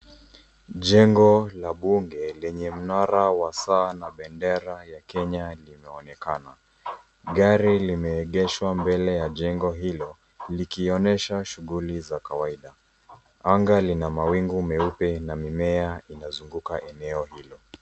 Jengo la bunge lenye mnara wa saa na bendera ya Kenya limeonekana. Gari limeegeshwa mbele ya jengo hilo, likionyesha shuguli za kawaida. Anga lina mawingu meupe na mimea inazunguka eneo hilo.